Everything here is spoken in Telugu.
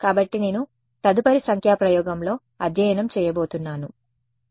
కాబట్టి నేను తదుపరి సంఖ్యా ప్రయోగంలో అధ్యయనం చేయబోతున్నాను సరే